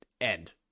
end